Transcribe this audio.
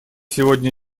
сегодня